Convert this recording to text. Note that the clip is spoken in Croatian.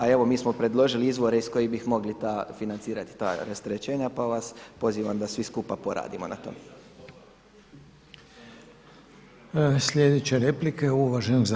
A evo mi smo predložili izvore iz kojih bi mogli financirati ta rasterećenja pa vas pozivam da svi skupa poradimo na tome.